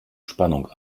spannung